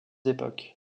époques